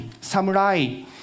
samurai